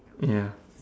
ya